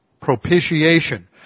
propitiation